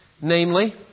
Namely